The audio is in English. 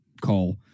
call